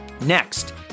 Next